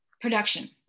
production